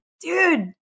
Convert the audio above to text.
Dude